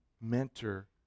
Mentor